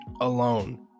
alone